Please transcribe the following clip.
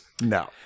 No